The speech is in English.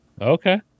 Okay